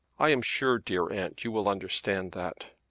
i am sure, dear aunt, you will understand that.